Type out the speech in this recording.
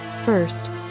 First